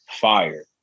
Fire